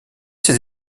ses